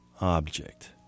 object